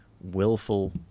willful